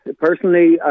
Personally